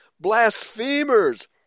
blasphemers